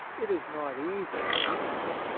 it is not easy to do this.